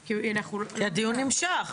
אני מניח שהשר המיועד יאמץ,